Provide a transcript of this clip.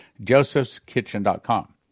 josephskitchen.com